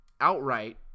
outright